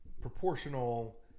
proportional